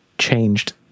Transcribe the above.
changed